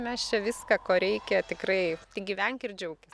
mes čia viską ko reikia tikrai tik gyvenk ir džiaukis